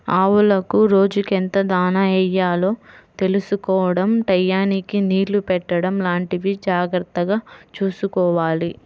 ఆవులకు రోజుకెంత దాణా యెయ్యాలో తెలుసుకోడం టైయ్యానికి నీళ్ళు పెట్టడం లాంటివి జాగర్తగా చూసుకోవాలి